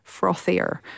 frothier